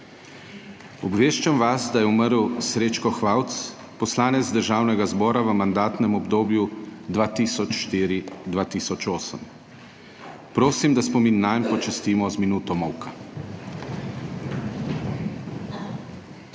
Obveščam vas, da je umrl Srečko Hvauc, poslanec Državnega zbora v mandatnem obdobju 2004–2008. Prosim, da spomin nanj počastimo z minuto molka.